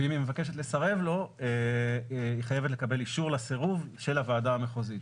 ואם היא מבקשת לסרב לו היא חייבת לקבל אישור לסירוב של הוועדה המחוזית,